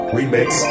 Remix